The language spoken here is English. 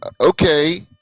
okay